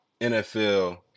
nfl